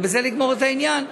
ובזה נגמור את העניין.